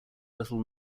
little